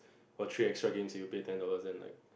for three extra games you pay ten dollar then like